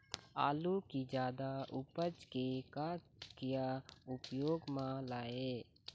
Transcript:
आलू कि जादा उपज के का क्या उपयोग म लाए?